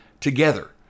together